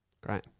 Great